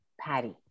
Patty